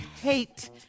hate